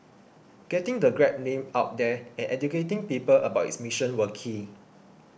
getting the Grab name out there and educating people about its mission were key